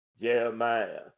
Jeremiah